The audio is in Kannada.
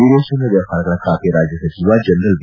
ವಿದೇಶಾಂಗ ವ್ಯವಹಾರಗಳ ಖಾತೆ ರಾಜ್ಯ ಸಚಿವ ಜನರಲ್ ವಿ